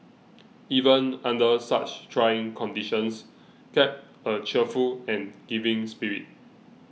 even under such trying conditions kept a cheerful and giving spirit